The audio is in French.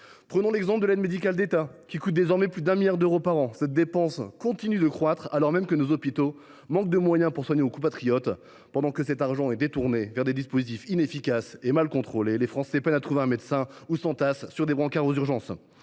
Prenons l’exemple de l’aide médicale de l’État, qui coûte désormais plus de 1 milliard d’euros par an. Cette dépense continue de croître, alors même que nos hôpitaux manquent de moyens pour soigner nos compatriotes. Pendant que cet argent est détourné vers des dispositifs inefficaces et mal contrôlés, les Français peinent à trouver un médecin ou s’entassent sur des brancards aux urgences